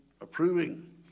approving